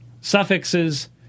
suffixes